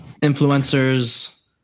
influencers